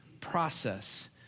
process